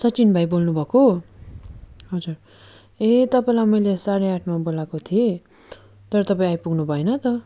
सचिन भाइ बोल्नुभएको हजुर ए तपाईँलाई मैले साँढे आठमा बोलाएको थिएँ तर तपाईँ आइपुग्नु भएन त